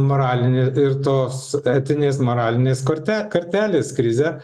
moralinį ir tos etinės moralinės korte kartelės krizę